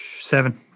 Seven